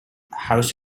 house